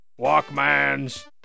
Walkmans